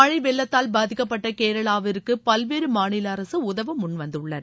மழை வெள்ளத்தால் பாதிக்கப்பட்ட கேரளாவிற்கு பல்வேறு மாநில அரசு உதவ முன்வந்துள்ளன